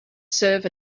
serve